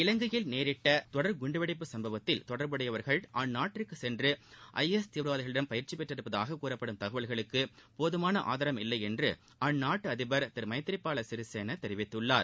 இலங்கையில் நேரிட்ட தொடர் குண்டுவெடிப்பு சம்பவத்தில் தொடர்புடையவர்கள் வெளிநாட்டிற்கு சென்று ஐ எஸ் தீவிரவாதிகளிடம் பயிற்சி பெற்றுள்ளதாக கூறப்படும் தகவல்களுக்கு போதுமான ஆதாரமில்லை என்று அந்நாட்டு அதிபர் திரு மைத்ரிபால சிறிசேனா தெரிவித்துள்ளார்